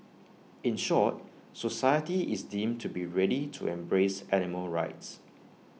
in short society is deemed to be ready to embrace animal rights